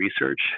research